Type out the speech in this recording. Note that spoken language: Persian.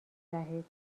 دهید